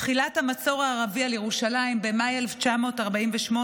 בתחילת המצור הערבי על ירושלים, במאי 1948,